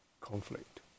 conflict